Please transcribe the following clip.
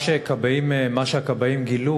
מה שהכבאים גילו